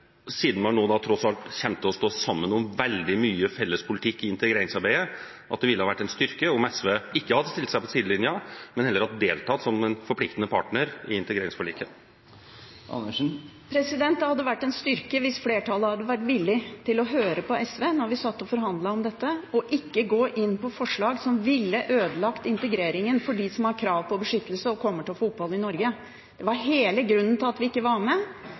siden man nå tross alt kommer til å stå sammen om veldig mye felles politikk i integreringsarbeidet, om SV ikke hadde stilt seg på sidelinjen, men heller hadde deltatt som en forpliktet partner i integreringsforliket? Det hadde vært en styrke hvis flertallet hadde vært villig til å høre på SV da vi satt og forhandlet om dette, og ikke gått inn for forslag som ville ødelagt integreringen for dem som har krav på beskyttelse, og som kommer til få opphold i Norge. Det var hele grunnen til at vi ikke var med